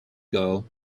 girl